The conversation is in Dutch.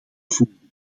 voeren